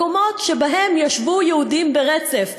מקומות שבהם ישבו יהודים ברצף.